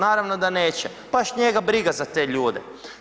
Naravno da neće, baš njega briga za te ljude.